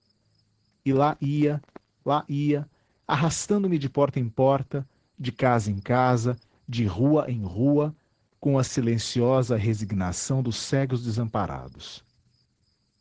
e lá ia lá ia arrastando me de porta em porta de casa em casa de rua em rua com a silenciosa resignação dos cegos desamparados